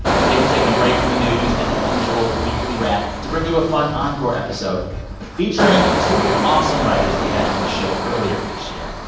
today we're taking a break from the news and our usual weekly wrap to bring you a fun encore episode featuring two awesome writers we had on the show earlier this year,